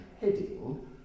heading